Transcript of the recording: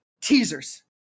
Teasers